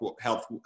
health